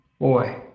boy